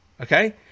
Okay